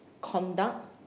conduct